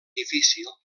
difícil